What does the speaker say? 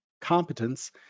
competence